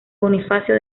bonifacio